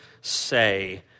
say